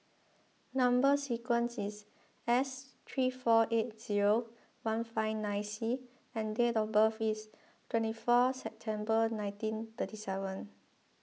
Number Sequence is S three four eight zero one five nine C and date of birth is twenty four September nineteen thirty seven